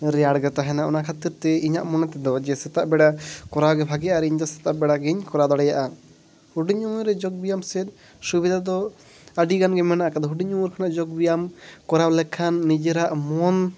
ᱨᱮᱭᱟᱲ ᱜᱮ ᱛᱟᱦᱮᱱᱟ ᱚᱱᱟ ᱠᱷᱟᱹᱛᱤᱨ ᱛᱮ ᱤᱧᱟᱹᱜ ᱢᱚᱱᱮ ᱛᱮᱫᱚ ᱡᱮ ᱥᱮᱛᱟᱜ ᱵᱮᱲᱟ ᱠᱚᱨᱟᱣ ᱜᱮ ᱵᱷᱟᱹᱜᱤᱜᱼᱟ ᱟᱨ ᱤᱧ ᱫᱚ ᱥᱮᱛᱟᱜ ᱵᱮᱲᱟ ᱜᱮᱧ ᱠᱚᱨᱟᱣ ᱫᱟᱲᱮᱭᱟᱜᱼᱟ ᱦᱩᱰᱤᱧ ᱩᱢᱮᱨ ᱨᱮ ᱡᱳᱜᱽ ᱵᱮᱭᱟᱢ ᱪᱮᱫ ᱥᱩᱵᱤᱫᱟ ᱫᱚ ᱟᱹᱰᱤ ᱜᱟᱱ ᱜᱮ ᱢᱮᱱᱟᱜ ᱟᱠᱟᱫᱟ ᱦᱩᱰᱤᱧ ᱩᱢᱮᱨ ᱠᱷᱚᱱᱟᱜ ᱡᱳᱜᱽ ᱵᱮᱭᱟᱢ ᱠᱚᱨᱟᱣ ᱞᱮᱠᱷᱟᱱ ᱱᱤᱡᱮᱨᱟᱜ ᱢᱚᱱ